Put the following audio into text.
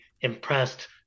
impressed